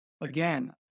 again